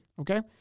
Okay